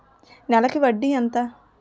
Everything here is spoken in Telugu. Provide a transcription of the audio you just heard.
నెలకి వడ్డీ ఎంత?